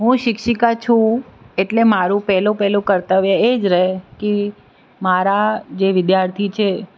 હું શિક્ષિકા છું એટલે મારું પહેલું પહેલું કર્તવ્ય એ જ રહે કે મારા જે વિધાર્થી છે